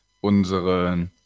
unsere